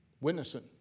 Witnessing